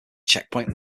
checkpoint